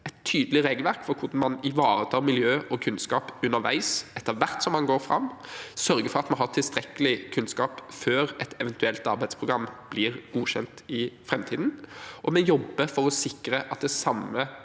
et tydelig regelverk for hvordan man ivaretar miljø og kunnskap underveis, etter hvert som man går fram, og sørge for at vi har tilstrekkelig kunnskap før et eventuelt arbeidsprogram blir godkjent i framtiden. Vi jobber for å sikre at det samme